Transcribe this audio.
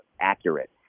accurate